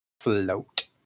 float